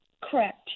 Correct